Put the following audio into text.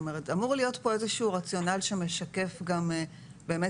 אמור להיות פה איזשהו רציונל שמשקף גם באמת